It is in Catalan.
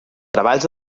treballs